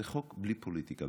זה חוק בלי פוליטיקה.